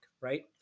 right